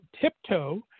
Tiptoe